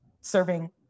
serving